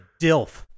dilf